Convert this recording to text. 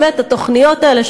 באמת התוכניות האלה,